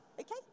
Okay